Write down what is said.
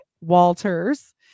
Walters